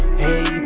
hey